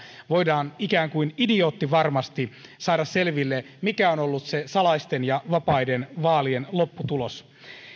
voidaan ikään kuin idioottivarmasti saada selville mikä on ollut se salaisten ja vapaiden vaalien lopputulos